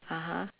(uh huh)